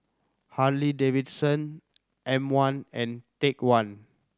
Harley Davidson M One and Take One